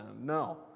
No